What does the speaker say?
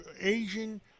Asian